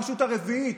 הרשות הרביעית,